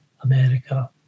America